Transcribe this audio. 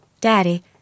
Daddy